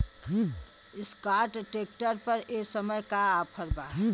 Escort tractor पर ए समय का ऑफ़र बा?